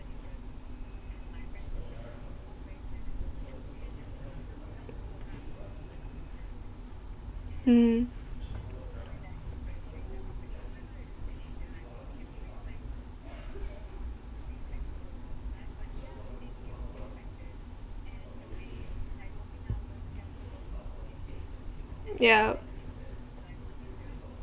mm yup